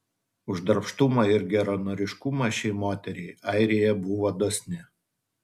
už darbštumą ir geranoriškumą šiai moteriai airija buvo dosni